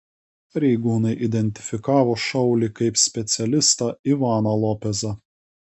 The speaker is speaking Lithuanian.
pareigūnai identifikavo šaulį kaip specialistą ivaną lopezą